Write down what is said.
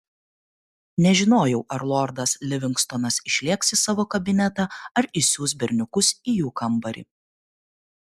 nežinojau ar lordas livingstonas išlėks į savo kabinetą ar išsiųs berniukus į jų kambarį